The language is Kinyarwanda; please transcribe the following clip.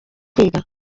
kwiga